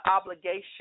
obligation